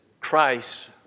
Christ